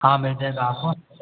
हाँ मिल जाएगा आपको